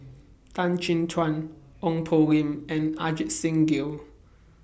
Tan Chin Tuan Ong Poh Lim and Ajit Singh Gill